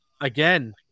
Again